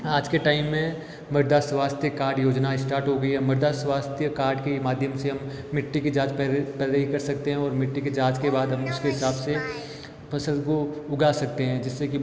आज के टाइम में मृदा स्वास्थ्य कार्ड योजना स्टार्ट हो गई है मृदा स्वास्थ्य कार्ड के माध्यम से हम मिट्टी की जाँच पहले ही कर सकते हैं और मिट्टी की जाँच के बाद हम उसके हिसाब से फ़सल को उगा सकते हैं जिससे कि